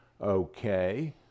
Okay